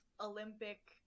Olympic